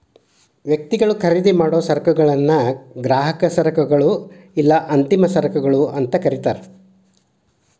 ವ್ಯಕ್ತಿಗಳು ಖರೇದಿಮಾಡೊ ಸರಕುಗಳನ್ನ ಗ್ರಾಹಕ ಸರಕುಗಳು ಇಲ್ಲಾ ಅಂತಿಮ ಸರಕುಗಳು ಅಂತ ಕರಿತಾರ